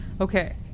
okay